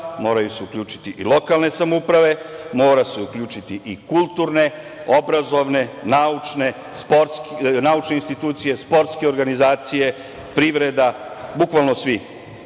moraju se uključiti i lokalne samouprave, mora se uključiti i kulturne, obrazovne, naučne institucije, sportske organizacije, privreda, bukvalno